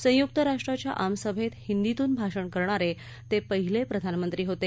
संयुक्त राष्ट्रांच्या आमसभेत हिंदीतून भाषण करणारे ते पहिले प्रधानमंत्री होते